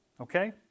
Okay